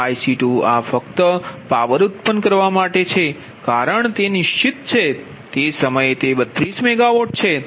આ IC2ફક્ત આ પાવર ઉત્પન્ન કરવા માટે છે કારણ નિશ્ચિત છે કે તે સમયે તે 32 મેગાવોટ છે